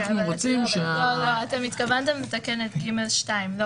אתם הגשתם תיקון ל-(ג)(2).